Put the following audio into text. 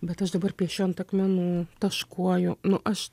bet aš dabar piešiu ant akmenų taškuoju nu aš